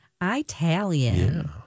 Italian